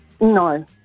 No